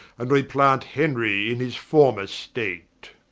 and replant henry in his former state